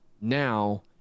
now